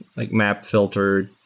like map filtered,